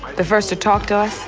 the first to talk to us,